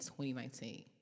2019